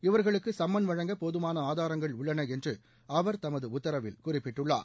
இவர்களுக்கு சும்மன் உத்தரவு வழங்க போதுமான ஆதாரங்கள் உள்ளன என்று அவர் தமது உத்தரவில் குறிப்பிட்டுள்ளார்